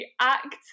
act